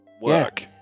work